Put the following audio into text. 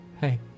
hey